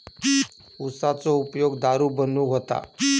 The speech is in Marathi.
उसाचो उपयोग दारू बनवूक होता